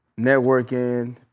networking